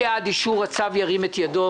התשע"ט-2018 (דחיית מתווה הדגים).